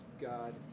god